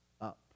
up